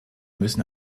müssen